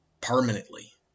permanently